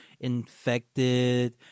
infected